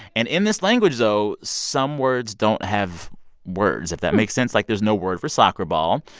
and in this language, though, some words don't have words, if that makes sense. like, there's no word for soccer ball.